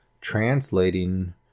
translating